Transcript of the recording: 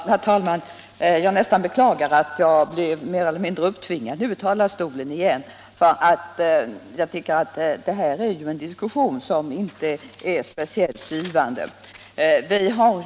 Herr talman! Jag beklagar nästan att jag blev mer eller mindre upptvingad i talarstolen nu igen. Jag tycker nämligen inte att diskussionen är speciellt givande.